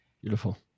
Beautiful